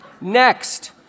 Next